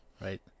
right